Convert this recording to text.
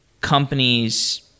companies